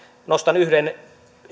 nostan yhden